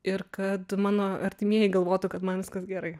ir kad mano artimieji galvotų kad man viskas gerai